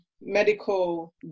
medical